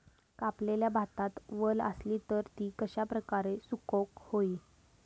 कापलेल्या भातात वल आसली तर ती कश्या प्रकारे सुकौक होई?